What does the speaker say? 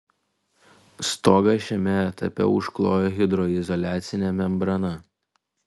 stogą šiame etape užklojo hidroizoliacine membrana